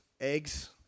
eggs